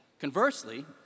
Conversely